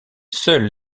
seuls